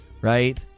right